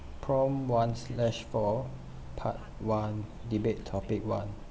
prompt one slash four part one debate topic one